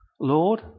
Lord